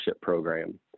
program